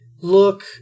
look